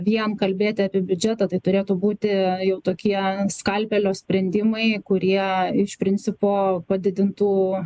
vien kalbėti apie biudžetą tai turėtų būti jau tokie skalpelio sprendimai kurie iš principo padidintų